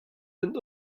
and